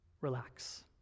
Relax